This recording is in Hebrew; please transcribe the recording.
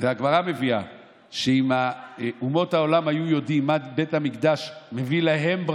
והגמרא מביאה שאם אומות העולם היו יודעים מה בית המקדש מביא להם,